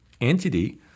entity